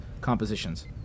compositions